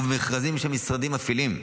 ובמכרזים שמשרדים מפעילים.